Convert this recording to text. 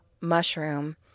mushroom